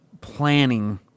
planning